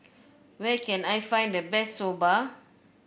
where can I find the best Soba